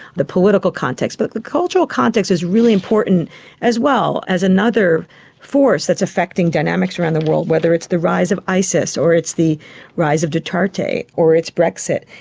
the political context, but the cultural context is really important as well as another force that is affecting dynamics around the world, whether it's the rise of isis or it's the rise of duterte, or it's brexit.